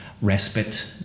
respite